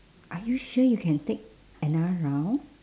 are you sure you can take another round